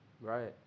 Right